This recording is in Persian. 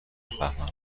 بفهمم